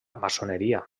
maçoneria